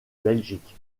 belgique